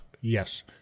Yes